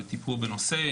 בטיפול בנושא.